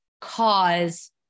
cause